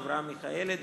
אברהם מיכאלי,